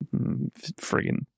friggin